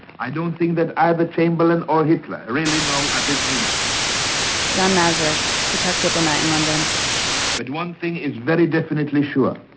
i don't think that either chamberlain or hitler knows and you know at this minute jan masaryk the czech diplomat in london but one thing is very definitely sure.